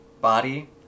body